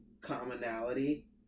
commonality